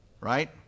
right